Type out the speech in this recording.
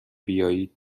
بیایید